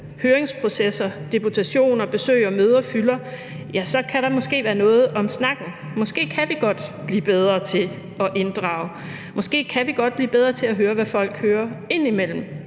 høringsprocesser, deputationer, besøg og møder fylder, kan der måske være noget om snakken. Måske kan vi godt blive bedre til at inddrage. Måske kan vi godt blive bedre til at høre, hvad folk tænker imellem